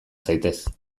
zaitez